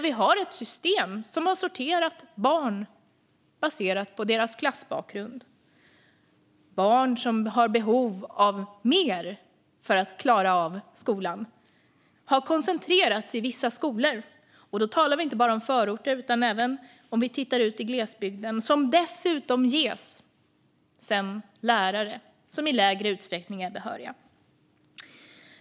Vi har ett system som har sorterat barn baserat på deras klassbakgrund. Barn som har behov av mer för att klara av skolan har koncentrerats i vissa skolor - och då talar vi inte bara om förorter, utan vi kan även titta ut i glesbygden. Dessa skolor ges dessutom lärare som i mindre utsträckning är behöriga.